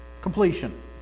completion